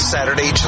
Saturday